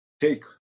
take